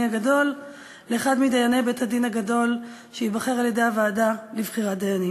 הגדול לאחד מדייני בית-הדין הגדול שייבחר על-ידי הוועדה לבחירת דיינים.